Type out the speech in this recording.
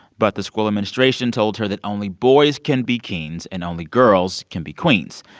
but the school administration told her that only boys can be kings, and only girls can be queens.